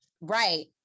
Right